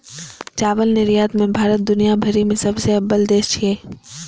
चावल निर्यात मे भारत दुनिया भरि मे सबसं अव्वल देश छियै